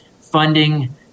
funding